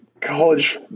College